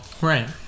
Right